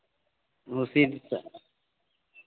उसी दिशा